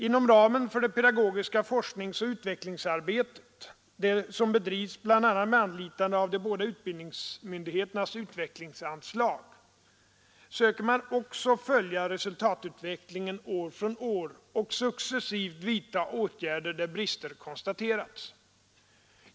Inom ramen för det pedagogiska forskningsoch utvecklingsarbetet — som bedrivs bl.a. med anlitande av de båda utbildningsmyndigheternas utvecklingsanslag — söker man också att följa resultatutvecklingen år från år och successivt vidta åtgärder där brister konstaterats.